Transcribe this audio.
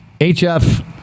HF